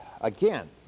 again